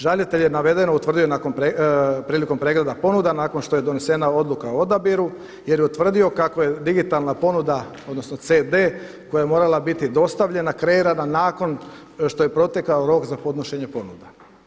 Žalitelj je navedeno utvrdio prilikom pregleda ponuda nakon što je donesena odluka o odabiru, jer je utvrdio kako je digitalna ponuda, odnosno CD koja je morala biti dostavljena kreirana nakon što je protekao rok za podnošenje ponuda.